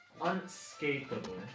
unscapable